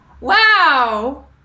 wow